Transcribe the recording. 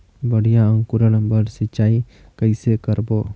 बढ़िया अंकुरण बर सिंचाई कइसे करबो?